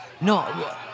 No